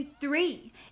three